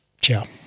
Ciao